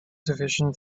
division